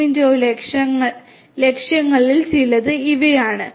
0 ലക്ഷ്യങ്ങളിൽ ചിലത് ഇവയാണ്